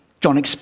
John